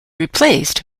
replaced